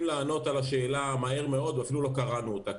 לענות על השאלה מהר מאוד ואפילו לא קראנו אותה.